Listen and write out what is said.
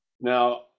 Now